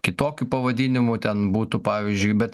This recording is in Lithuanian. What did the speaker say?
kitokiu pavadinimu ten būtų pavyzdžiui bet